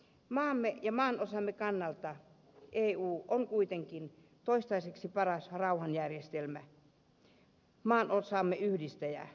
maamme ja maanosamme kannalta eu on kuitenkin toistaiseksi paras rauhanjärjestelmä maanosamme yhdistäjä